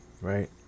right